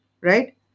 right